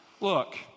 look